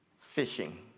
fishing